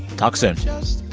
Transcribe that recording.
talk soon. just